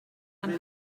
and